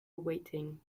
waiting